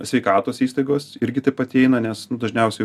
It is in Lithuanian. sveikatos įstaigos irgi taip pat įeina nes nu dažniausia jau